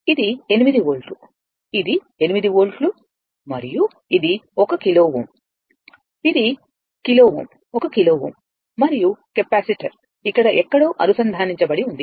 ఇది 8 వోల్ట్ ఇది 8 వోల్ట్ మరియు ఇది 1కిలో Ω kilo Ω ఇది కిలో Ω 1 కిలో Ω మరియు కెపాసిటర్ ఇక్కడ ఎక్కడో అనుసంధానించబడి ఉంది